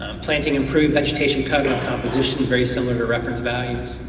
um planting improved vegetation cover and composition, very similar to reference values.